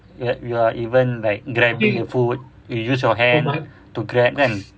like you are even grabbing food you use your hand to grab kan